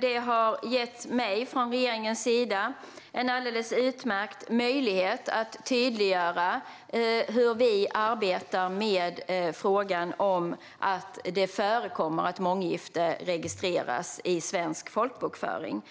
Den har gett mig, från regeringens sida, en alldeles utmärkt möjlighet att tydliggöra hur vi arbetar med frågan om att det förekommer att månggifte registreras i svensk folkbokföring.